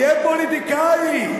תהיה פוליטיקאי.